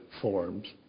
forms